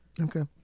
Okay